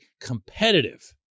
competitive